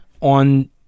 on